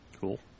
Cool